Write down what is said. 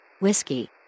Whiskey